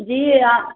जी ये आ